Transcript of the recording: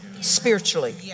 spiritually